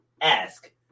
ask